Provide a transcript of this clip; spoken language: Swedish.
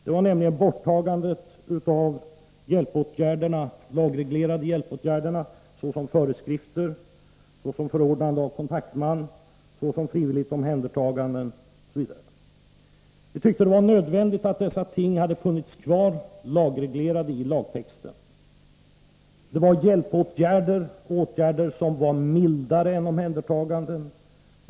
Det var borttagandet av de lagreglerade hjälpåtgärderna, såsom föreskrifter, förordnande av kontaktman, frivilliga omhändertaganden osv. Vi tyckte att det hade varit nödvändigt att dessa ting funnits kvar, lagreglerade i lagtexten. Det var hjälpåtgärder, åtgärder som var mildare än omhändertaganden.